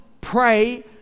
pray